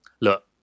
look